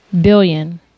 billion